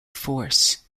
force